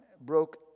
broke